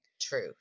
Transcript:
True